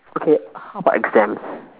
okay how about exams